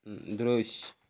दृश्य